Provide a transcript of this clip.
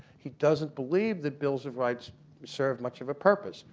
he doesn't believe the bills of rights serve much of a purpose.